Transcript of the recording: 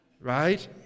Right